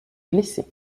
blessées